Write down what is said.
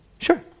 Sure